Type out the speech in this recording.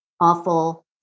awful